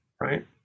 right